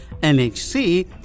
NHC